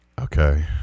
Okay